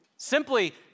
Simply